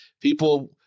People